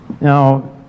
Now